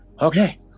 Okay